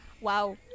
Wow